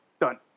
done